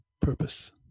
purpose